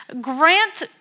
grant